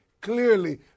clearly